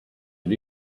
and